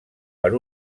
per